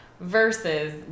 Versus